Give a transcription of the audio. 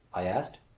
i asked.